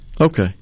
Okay